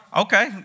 Okay